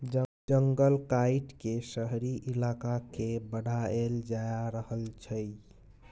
जंगल काइट के शहरी इलाका के बढ़ाएल जा रहल छइ